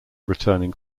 returning